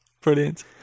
Brilliant